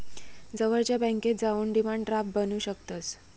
जवळच्या बॅन्केत जाऊन डिमांड ड्राफ्ट बनवू शकतंस